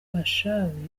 bashabe